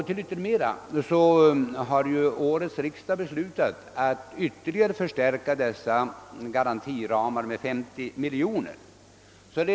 Till yttermera visso har årets riksdag beslutat att förstärka kreditgarantiramarna med sammanlagt 50 miljoner kronor.